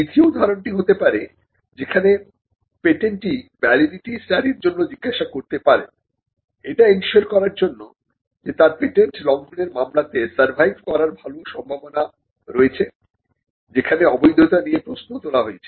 দ্বিতীয় উদাহরণটি হতে পারে যেখানে পেটেন্টি ভ্যালিডিটি স্টাডির জন্য জিজ্ঞাসা করতে পারেন এটা এনসিওর করার জন্য যে তার পেটেন্ট লঙ্ঘনের মামলাতে সারভাইভ করার ভালো সম্ভাবনা রয়েছে যেখানে অবৈধতা নিয়ে প্রশ্ন তোলা হয়েছে